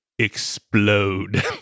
Explode